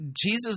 Jesus